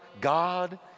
God